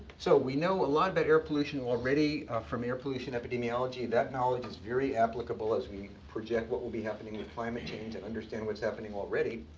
so, we know a lot about air pollution already from air pollution epidemiology. that knowledge is very applicable as we project what will be happening in climate change, and understand what's happening already.